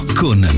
con